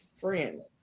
friends